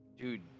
Dude